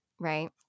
right